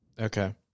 Okay